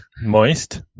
Moist